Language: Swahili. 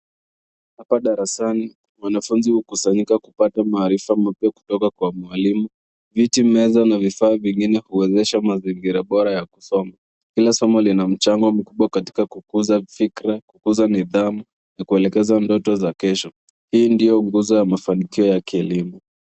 Hapa darasani wanafunzi hukusanyika kupata maarifa meupe kutoka kwa mwalimu viti meza na vifaa vingine zinaonyesha mazingira bora ya kusoma kila somo lina mchango mkubwa katika kukuza fikra kukuza nidhamu kuelekeza ndoto za kesho hii ndio nguzo ya mafanikio ya kielimu.